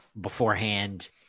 beforehand